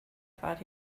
thought